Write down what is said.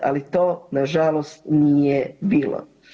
Ali to na žalost nije bilo.